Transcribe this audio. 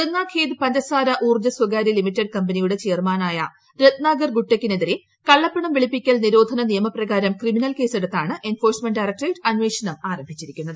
ഗംഗാഖ്ഖേദ് പഞ്ചസാര ഊർജ്ജ സ്വകാരൃ ലിമിറ്റഡ് കമ്പനിയുടെ ചെയർമാനായ രത്നാകർ ഗുട്ടെക്കിന് എതിരെ കള്ളപ്പണം വെളുപ്പിക്കൽ നിരോധന നിയമപ്രകാരം ക്രിമിനൽ കേസെടുത്താണ് എൻഫോഴസ്മെന്റ് ഡയറ്കട്രേറ്റ് അന്വേഷണം ആരംഭിച്ചിരിക്കുന്നത്